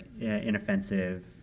inoffensive